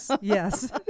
Yes